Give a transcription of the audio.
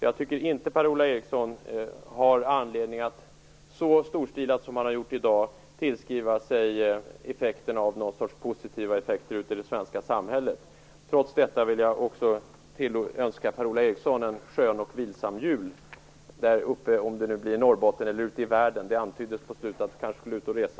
Jag tycker inte att Per-Ola Eriksson har anledning att så storstilat som han har gjort i dag tillskriva sig någon sorts positiva effekter ute i det svenska samhället. Trots detta vill jag önska Per-Ola Eriksson en skön och vilsam jul, om det nu blir i Norrbotten eller ute i världen. Det antyddes på slutet att han skulle ut och resa.